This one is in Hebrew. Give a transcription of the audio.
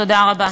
תודה רבה.